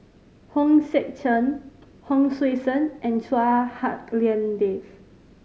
Hong Sek Chern Hon Sui Sen and Chua Hak Lien Dave